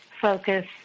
focus